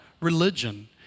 religion